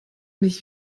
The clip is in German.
nicht